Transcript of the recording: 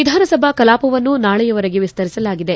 ವಿಧಾನಸಭಾ ಕಲಾಪವನ್ನು ನಾಳೆಯವರೆಗೆ ವಿಸ್ತರಿಸಲಾಗಿದೆ